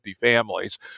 families